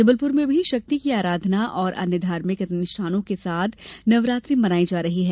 जबलपुर में भी शक्ति की आराधना और अन्य धार्मिक अनुष्ठानों के साथ नवरात्रि मनाई जा रही हैं